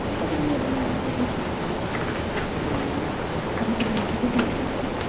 हजुर तपाईँले note down गर्नुभयो यो सबैको बिल चाहिँ कति हुन्छ होला